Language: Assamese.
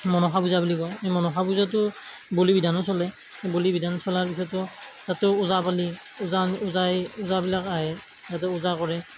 মনসা পূজা বুলি কওঁ মনসা পূজাততো বলি বিধানো চলে বলি বিধান চলাৰ পিছতো তাতেও ওজাপালি ওজা ওজাই ওজাবিলাক আহে তাতো ওজা কৰে